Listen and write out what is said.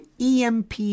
EMP